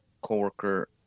co-worker